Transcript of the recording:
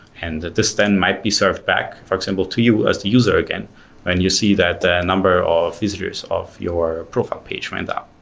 and this then might be served back, for example to you as the user again and you see that the number of visitors of your profile page went up.